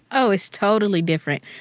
oh, it's totally different.